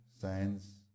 science